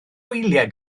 wyliau